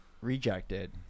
rejected